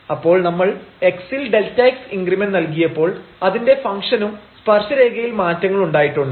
അപ്പോൾ നമ്മൾ x ൽ Δx ഇൻഗ്രിമെന്റ് നൽകിയപ്പോൾ അതിന്റെ ഫംഗ്ഷനും സ്പർശരേഖയിലും മാറ്റങ്ങളുണ്ടായിട്ടുണ്ട്